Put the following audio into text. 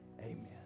amen